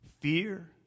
Fear